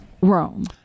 Rome